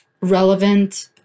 relevant